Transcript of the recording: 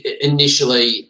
initially